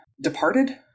departed